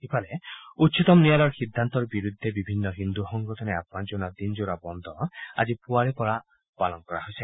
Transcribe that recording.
ইফালে উচ্চতম ন্যায়ালয়ৰ সিদ্ধান্তৰ বিৰুদ্ধে বিভিন্ন হিন্দু সংগঠনে আহান জনোৱা দিনজোৰা বন্ধ আজি পুৱাৰে পৰা পালন কৰা হৈছে